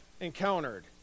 encountered